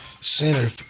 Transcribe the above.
center